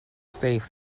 safe